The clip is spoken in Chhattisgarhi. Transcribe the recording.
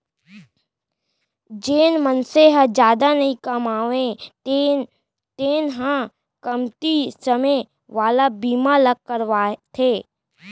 जेन मनसे ह जादा नइ कमावय तेन ह कमती समे वाला बीमा ल करवाथे